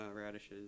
radishes